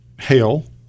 hail